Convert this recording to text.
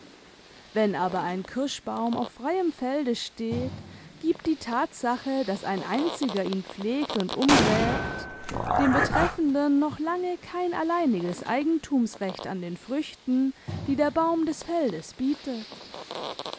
wenn aber ein kirschbaum auf freiem felde steht gibt die tatsache daß ein einziger ihn pflegt und umgräbt dem betreffenden noch lange kein alleiniges eigentumsrecht an den früchten die der baum des feldes bietet